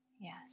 Yes